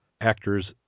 actor's